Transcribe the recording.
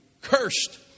cursed